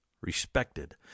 respected